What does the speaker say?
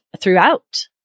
throughout